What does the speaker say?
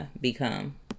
become